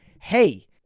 hey